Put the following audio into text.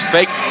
Fake